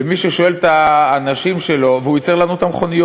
ומי ששואל את האנשים שלו, והוא ייצר לנו מכוניות.